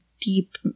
deep